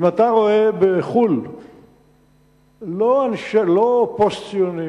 אם אתה רואה בחוץ-לארץ, לא פוסט-ציוניים,